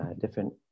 different